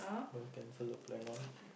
don't cancel the plan on